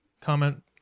Comment